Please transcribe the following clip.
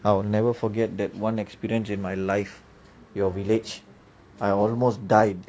I will never forget that one experience in my life your village I almost died